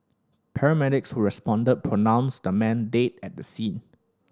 paramedics who responded pronounced the man dead at the scene